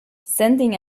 sending